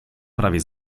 prawie